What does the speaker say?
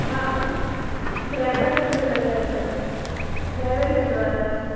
हा ड्राइवर कंदव driver driver ई कंदो आहे असांजो